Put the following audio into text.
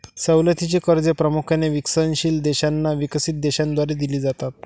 सवलतीची कर्जे प्रामुख्याने विकसनशील देशांना विकसित देशांद्वारे दिली जातात